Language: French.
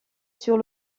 sur